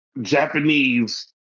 Japanese